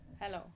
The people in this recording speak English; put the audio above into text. Hello